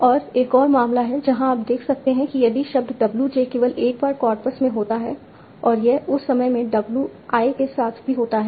और एक और मामला है जहाँ आप देख सकते हैं कि यदि शब्द w j केवल एक बार कॉर्पस में होता है और यह उस समय में w i के साथ भी होता है